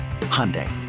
Hyundai